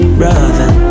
brother